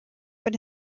been